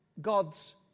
God's